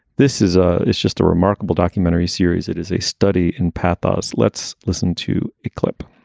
this is a it's just a remarkable documentary series. it is a study in pathos. let's listen to a clip.